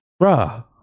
bruh